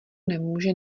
nemůže